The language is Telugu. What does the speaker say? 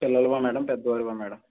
పిల్లలవా మ్యాడమ్ పెద్దవాళ్లవా మ్యాడమ్